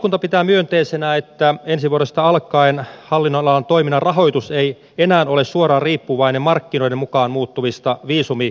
valiokunta pitää myönteisenä että ensi vuodesta alkaen hallinnonalan toiminnan rahoitus ei enää ole suoraan riippuvainen markkinoiden mukaan muuttuvasta viisumikysynnästä